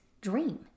dream